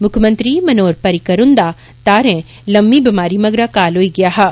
मुक्खमंत्री मनोहर पार्रिकर हुन्दा तारें लम्मी बमारी मगरा काल होई गेआ हा